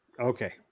Okay